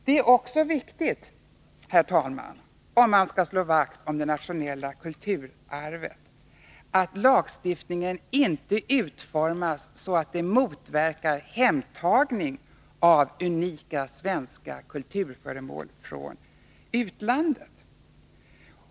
Det är också viktigt, herr talman, att lagstiftningen, om man skall slå vakt om det nationella kulturarvet, inte utformas så att den motverkar hemtagning av unika svenska kulturföremål från utlandet.